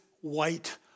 white